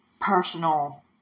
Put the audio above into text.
Personal